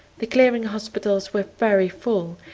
the clearing hospitals were very full,